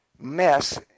mess